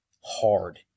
hard